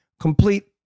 complete